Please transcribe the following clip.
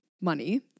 money